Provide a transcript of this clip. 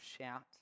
shout